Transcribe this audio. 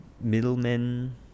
middlemen